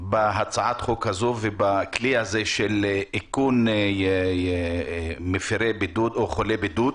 בהצעת החוק הזאת ובכלי הזה של איכון מפרי בידוד או חולי בידוד.